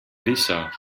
lisa